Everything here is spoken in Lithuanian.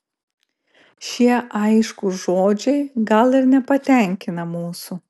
šie aiškūs žodžiai gal ir nepatenkina mūsų